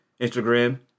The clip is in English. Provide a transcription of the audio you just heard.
Instagram